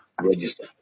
Register